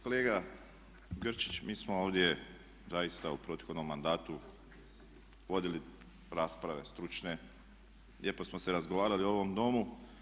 Kolega Grčić, mi smo ovdje zaista u proteklom mandatu vodili rasprave stručne, lijepo smo se razgovarali u ovom Domu.